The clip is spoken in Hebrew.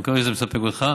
אני מקווה שזה מספק אותך.